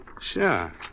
Sure